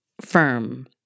firm